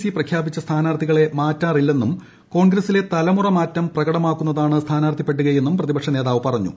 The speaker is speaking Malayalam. സി പ്രഖ്യാപിച്ച സ്ഥാനാർഥികളെ മാറ്റാറില്ലെന്നും കോൺഗ്രസിലെ തലമുറ മാറ്റം പ്രകടമാക്കുന്നതാണ് സ്ഥാനാർഥിപ്പട്ടികയെന്നും പ്രതിപക്ഷനേതാവ് പറഞ്ഞു